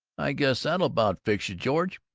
i guess that'll about fix you, george!